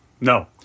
No